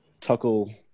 Tuckle